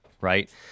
right